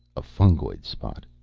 a fungoid spot.